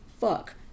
fuck